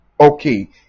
okay